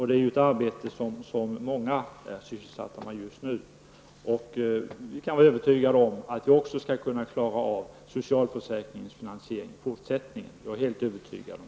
Det är ett arbete som många är sysselsatta med just nu. Att vi skall kunna klara av socialförsäkringens finansiering även i fortsättningen, är jag helt övertygad om.